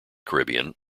caribbean